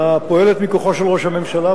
הפועלת מכוחו של ראש הממשלה,